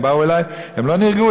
הם באו אלי, הם לא נרגעו.